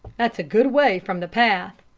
that's a good way from the path.